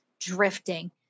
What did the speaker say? drifting